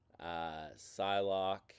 Psylocke